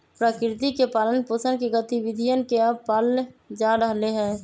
प्रकृति के पालन पोसन के गतिविधियन के अब पाल्ल जा रहले है